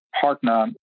partner